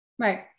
Right